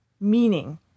meaning